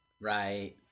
Right